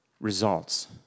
results